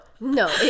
no